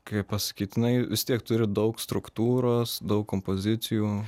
kaip pasakyt jinai vis tiek turi daug struktūros daug kompozicijų